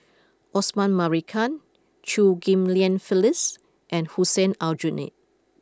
Osman Merican Chew Ghim Lian Phyllis and Hussein Aljunied